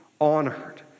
honored